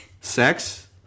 Sex